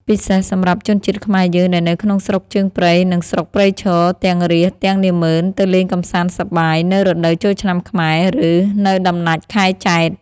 ពិសេស សម្រាប់ជនជាតិខ្មែរយើង ដែលនៅក្នុងស្រុកជើងព្រៃ និង ស្រុកព្រៃឈរ ទាំងរាស្ត្រ ទាំងនាម៉ឺន ទៅលេងកម្សាន្តសប្បាយ នៅរដូវចូលឆ្នាំខ្មែរ ឬ នៅដំណាច់ខែចេត្រ